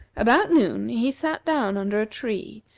about noon he sat down under a tree,